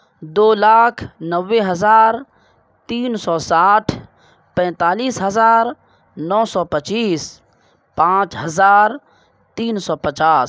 دو لاکھ نوے ہزار تین سو ساٹھ پینتالیس ہزار نو سو پچیس پانچ ہزار تین سو پچاس